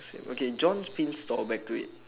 same okay john's pin store back to it